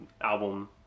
album